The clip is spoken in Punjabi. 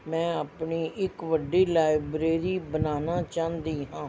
ਮੈਂ ਆਪਣੀ ਇੱਕ ਵੱਡੀ ਲਾਇਬ੍ਰੇਰੀ ਬਣਾਉਣਾ ਚਾਹੁੰਦੀ ਹਾਂ